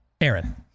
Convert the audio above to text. Aaron